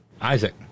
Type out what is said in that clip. Isaac